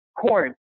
corn